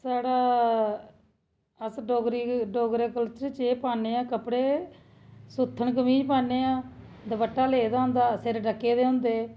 साढ़ा अस डोगरी डोगरा कल्चर च एह् पाने आं कपड़े सुत्थन कमीज़ पाने आं दपट्टा लेदा होंदा सिर ढक्के दे होंदे